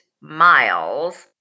miles